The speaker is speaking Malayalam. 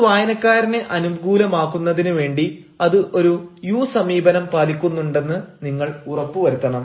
അത് വായനക്കാരന് അനുകൂലമാക്കുന്നതിനു വേണ്ടി അത് ഒരു യൂ സമീപനം പാലിക്കുന്നുണ്ടെന്ന് നിങ്ങൾ ഉറപ്പുവരുത്തണം